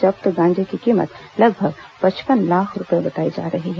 जब्त गांजे की कीमत लगभग पचपन लाख रूपये बताई जा रही है